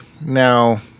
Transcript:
Now